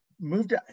moved